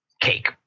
cake